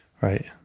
Right